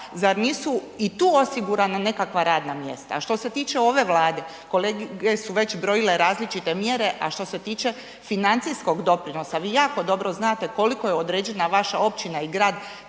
zar nisu i tu osigurana radna mjesta? A što se tiče ove Vlade, kolege su već brojale različite mjere a što se tiče financijskog doprinosa, vi jako dobro znate koliko je određena vaša općina i grad